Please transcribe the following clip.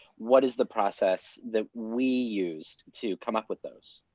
what is the process that we used to come up with those?